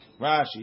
Rashi